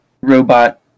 robot